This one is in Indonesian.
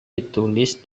ditulis